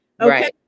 Okay